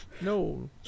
No